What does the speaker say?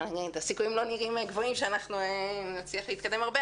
הסיכויים לא נראים גבוהים שאנחנו נצליח להתקדם הרבה,